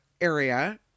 area